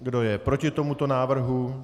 Kdo je proti tomuto návrhu?